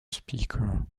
speaker